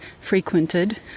frequented